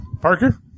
Parker